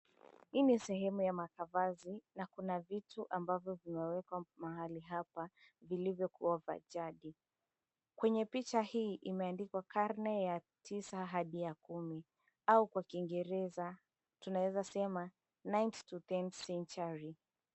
Hii ni sehemu ya makavazi na kuna vitu ambavyo vimewekwa mahali hapa, vilivyokuwa vya jadi. Kwenye picha hii imeandikwa karne ya tisa hadi ya kumi, au kwa kiingereza tunaweza sema ninth to tenth century .